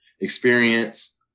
experience